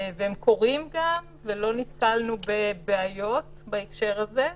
הם קורים, לא נתקלנו בבעיות בהקשרים שלהם,